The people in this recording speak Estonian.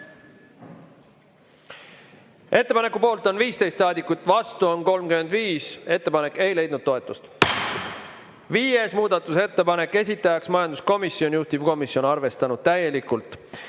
Ettepaneku poolt on 15 saadikut, vastu on 35. Ettepanek ei leidnud toetust. Viies muudatusettepanek, esitaja majanduskomisjon, juhtivkomisjon on arvestanud täielikult.